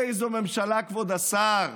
// איזו ממשלה, כבוד השר,